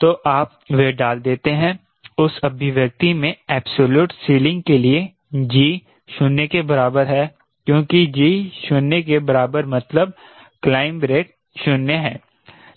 तो आप वह डाल देते हैं उस अभिव्यक्ति में एब्सोल्यूट सीलिंग के लिए G 0 के बराबर है क्योंकि G 0 के बराबर मतलब क्लाइंब रेट 0 है